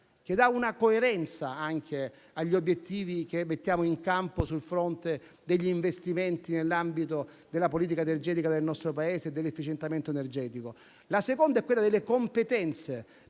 che dà coerenza anche agli obiettivi che mettiamo in campo sul fronte degli investimenti nell'ambito della politica energetica del nostro Paese e dell'efficientamento energetico. La seconda è quella delle competenze,